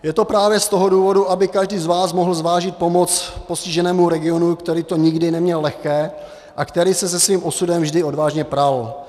Je to právě z toho důvodu, aby každý z vás mohl zvážit pomoc postiženému regionu, který to nikdy neměl lehké a který se se svým osudem vždy odvážně pral.